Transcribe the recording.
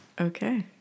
Okay